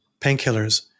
painkillers